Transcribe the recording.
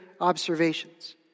observations